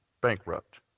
bankrupt